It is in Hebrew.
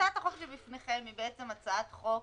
הצעת החוק שבפניכם היא בעצם הצעת חוק